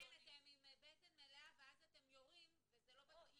אתם באתם עם בטן מלאה ואז אתם יורים וזה לא ב --- לא,